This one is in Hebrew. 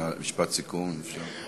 משפט סיכום, אם אפשר.